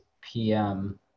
pm